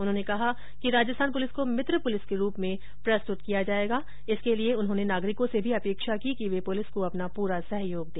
उन्होंने कहा कि राजस्थान पुलिस को मित्र पुलिस के रूप में प्रस्तुत किया जायेगा जिसके लिये उन्होंने नागरिकों से भी अपेक्षा की कि वे पुलिस को अपना पूरा सहयोग दे